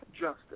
justice